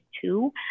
two